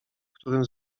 którym